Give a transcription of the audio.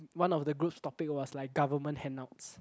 one of the group's topic was like government handouts